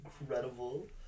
incredible